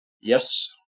Yes